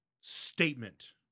statement